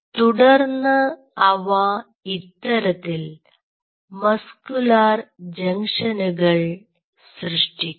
തുടർന്ന് അവ ഇത്തരത്തിൽ മസ്കുലാർ ജംഗ്ഷനുകൾ സൃഷ്ടിക്കും